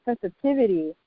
sensitivity